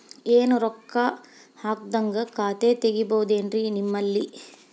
ಏನು ರೊಕ್ಕ ಹಾಕದ್ಹಂಗ ಖಾತೆ ತೆಗೇಬಹುದೇನ್ರಿ ನಿಮ್ಮಲ್ಲಿ?